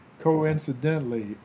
coincidentally